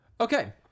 Okay